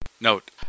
Note